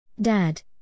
Dad